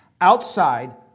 outside